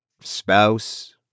spouse